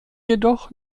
jedoch